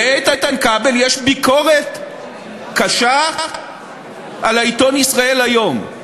לאיתן כבל יש ביקורת קשה על העיתון "ישראל היום";